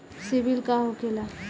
सीबील का होखेला?